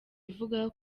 ivuga